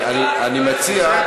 אני מציע,